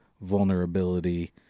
vulnerability